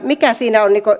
mikä siinä on